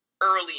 early